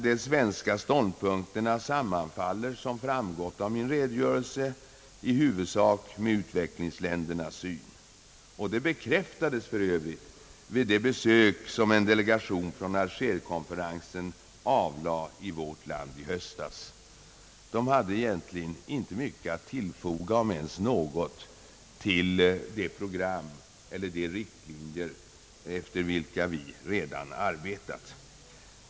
De svenska ståndpunkterna sammanfaller — som framgått av min redogörelse — i huvudsak med utvecklingsländernas syn, och det bekräftades för övrigt vid det besök som en delegation från Algerkonferensen i höstas avlade i vårt land. Denna hade egentligen inte mycket om ens något att tillfoga till det program eller de riktlinjer efter vilka vi redan arbetat.